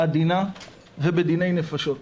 עדינה ובדיני נפשות.